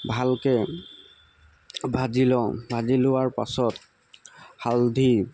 ভালকৈ ভাজি লওঁ ভাজি লোৱাৰ পাছত হালধি